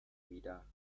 wieder